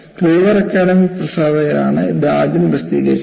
ക്ലൂവർ academic പ്രസാധകരാണ് ഇത് ആദ്യം പ്രസിദ്ധീകരിച്ചത്